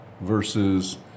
versus